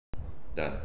done